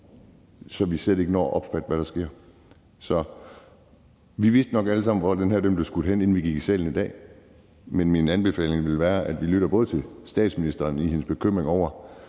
så vi slet ikke når at opfatte, hvad der sker. Vi vidste nok alle sammen, hvor den her blev skudt hen, inden vi gik i salen i dag, men min anbefaling vil være, at vi både lytter til statsministeren og hendes bekymring over